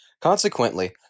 Consequently